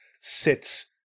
sits